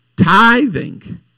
Tithing